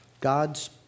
God's